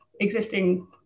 existing